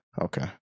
Okay